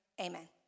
amen